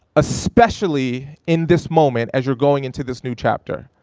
especially in this moment as you're going into this new chapter.